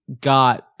got